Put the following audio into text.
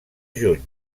juny